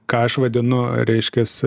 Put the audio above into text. ką aš vadinu reiškias